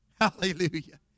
Hallelujah